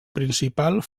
principal